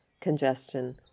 congestion